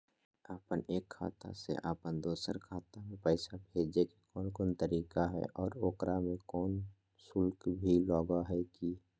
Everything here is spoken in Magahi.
अपन एक खाता से अपन दोसर खाता में पैसा भेजे के कौन कौन तरीका है और ओकरा में कोनो शुक्ल भी लगो है की?